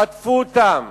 חטפו אותם,